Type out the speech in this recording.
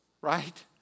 right